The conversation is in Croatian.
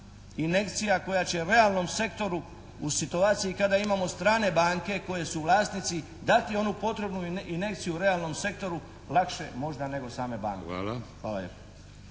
injekcija koja će realnom sektoru u situaciji kad imamo strane banke koje su vlasnici dati onu potrebnu inekciju realnom sektoru lakše možda nego same banke. Hvala.